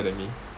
than me